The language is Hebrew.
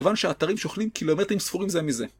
כיוון שהאתרים שוכנים קילומטרים ספורים זה מזה.